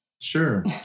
Sure